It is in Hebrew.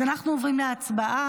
אז אנחנו עוברים להצבעה.